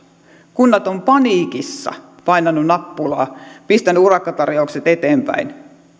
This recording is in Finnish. kunnat ovat paniikissa painaneet nappulaa pistäneet urakkatarjoukset eteenpäin